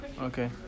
okay